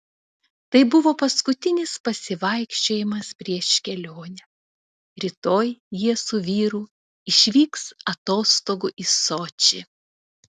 tai buvo paskutinis pasivaikščiojimas prieš kelionę rytoj jie su vyru išvyks atostogų į sočį